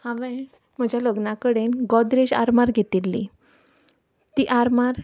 हांवें म्हज्या लग्ना कडेन गोदरेज आरमार घेतिल्ली ती आरमार